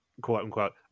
quote-unquote